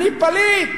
אני פליט,